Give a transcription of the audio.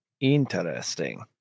Interesting